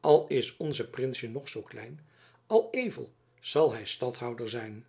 al is ons prinsjen nog zoo klein al evel zal hy stadhouder zijn